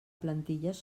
plantilles